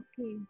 Okay